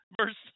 verse